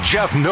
Jeff